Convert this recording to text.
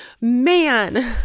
man